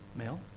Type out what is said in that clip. male.